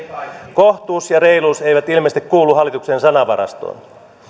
kohtuus ja reiluus eivät ilmeisesti kuulu hallituksen sanavarastoon